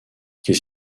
qu’est